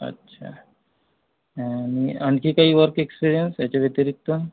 अच्छा आणि आणखी काही वर्क एक्स्पिरिअन्स याच्या व्यतिरिक्त